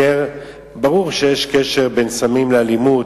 ברור שיש קשר בין סמים לאלימות,